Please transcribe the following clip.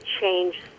change